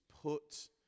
put